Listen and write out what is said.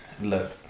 Look